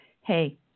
hey